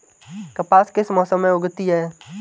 कपास किस मौसम में उगती है?